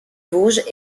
vosges